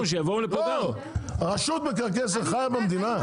לא, רשות מקרקעי ישראל חיה במדינה?